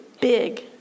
big